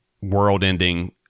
world-ending